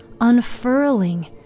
unfurling